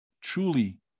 truly